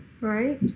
Right